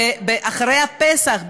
אחרי פסח,